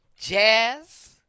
jazz